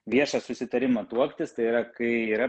viešą susitarimą tuoktis tai yra kai yra